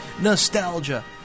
nostalgia